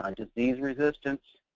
um disease resistance.